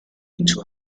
into